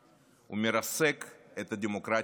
ומרסק את הדמוקרטיה הישראלית.